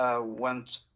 Went